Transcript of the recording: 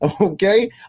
Okay